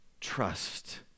trust